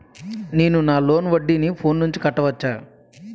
నేను నా లోన్ వడ్డీని ఫోన్ నుంచి కట్టవచ్చా?